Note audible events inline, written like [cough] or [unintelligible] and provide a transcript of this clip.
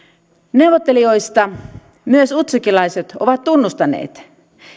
neuvottelijoista [unintelligible] myös utsjokelaiset ovat tunnustaneet